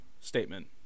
statement